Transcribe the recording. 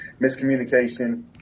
miscommunication